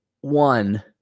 one